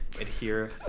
adhere